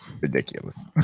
ridiculous